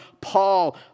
Paul